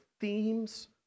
themes